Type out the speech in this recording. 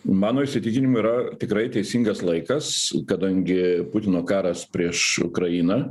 mano įsitikinimu yra tikrai teisingas laikas kadangi putino karas prieš ukrainą